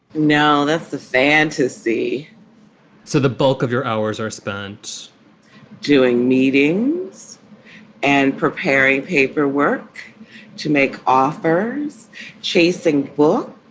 now, that's the fantasy so the bulk of your hours are spent doing meetings and preparing paperwork to make offers chasing well,